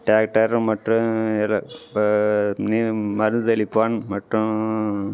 tractor மற்றும் எல்லாம் இப்போ மருந்து தெளிப்பான் மற்றும்